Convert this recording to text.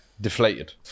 Deflated